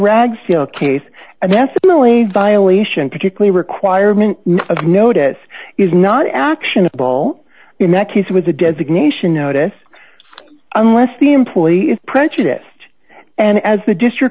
ragsdale case necessarily violation particularly requirement of notice is not actionable in that case it was a designation notice unless the employee is prejudiced and as the district